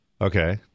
okay